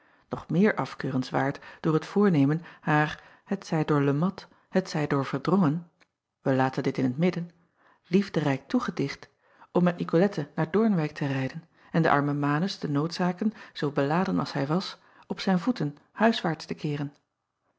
nog meer afkeurenswaard door het voornemen haar t zij door e at t zij door erdrongen wij laten dit in t midden liefderijk toegedicht om met icolette naar oornwijck te rijden en den armen anus te noodzaken zoo beladen als hij was op zijn voeten huiswaarts te keeren